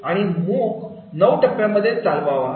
आणि मूक नऊ टप्प्यांमध्ये चालवावा